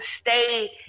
stay